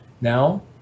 now